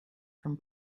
from